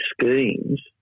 schemes